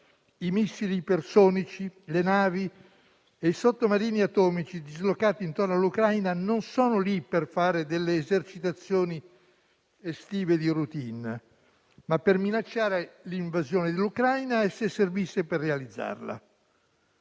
i missili ipersonici, le navi e i sottomarini atomici dislocati intorno all'Ucraina sono lì non per fare delle esercitazioni estive di *routine*, ma per minacciare l'invasione dell'Ucraina e, se servisse, per realizzarla.